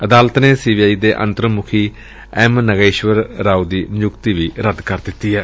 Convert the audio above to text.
ਅਦਾਲਤ ਨੇ C B I ਦੇ ਅੰਤਰਿਮ ਮੁਖੀ ਐਮ ਨਾਗੇਸ਼ਵਰ ਰਾਓ ਦੀ ਨਿਯੁਕਤੀ ਵੀ ਰੱਦ ਕਰ ਦਿੱਤੀ ਏ